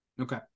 Okay